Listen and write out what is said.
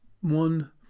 one